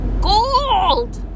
Gold